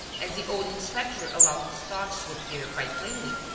as the old inspector allowed his thoughts to appear quite plainly,